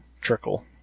trickle